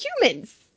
humans